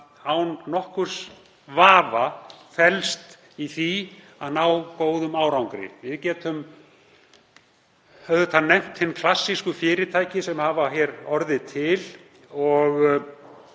án nokkurs vafa felst í því að ná góðum árangri. Við getum nefnt hin klassísku fyrirtæki sem hafa orðið hér til og